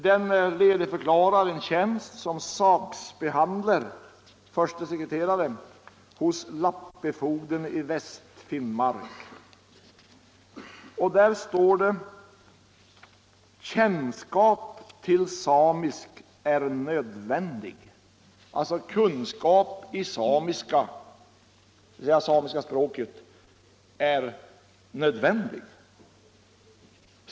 Den ledigförklarar en tjänst som saksbehandler, förstesekreterare — hos lappefogden i Vest-Finnmark. Där står det: ”Kjennskap til samisk er nodvendig”; kunskap i samiska språket är alltså nödvändig.